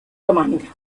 romanica